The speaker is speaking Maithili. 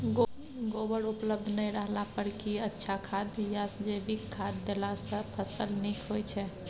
गोबर उपलब्ध नय रहला पर की अच्छा खाद याषजैविक खाद देला सॅ फस ल नीक होय छै?